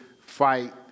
fight